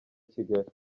kigali